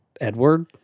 Edward